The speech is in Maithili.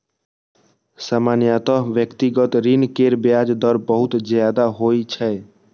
सामान्यतः व्यक्तिगत ऋण केर ब्याज दर बहुत ज्यादा होइ छै